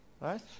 right